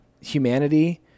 humanity